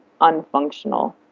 unfunctional